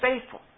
faithful